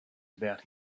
about